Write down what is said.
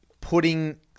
putting